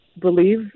believe